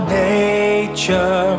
nature